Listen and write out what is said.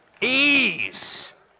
Ease